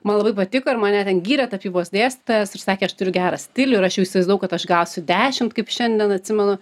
man labai patiko ir mane ten gyrė tapybos dėstytojas ir sakė aš turiu gerą stilių ir aš jau įsivaizdavau kad aš gausiu dešimt kaip šiandien atsimenu